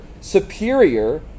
superior